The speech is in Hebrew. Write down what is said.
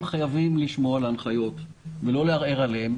חייבים לשמור על ההנחיות ולא לערער עליהן,